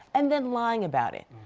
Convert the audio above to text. and then lying about it.